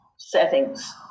Settings